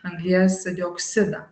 anglies dioksidą